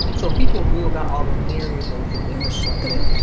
so people knew about all the myriad ways that they could plug in.